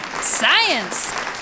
science